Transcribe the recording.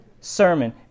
sermon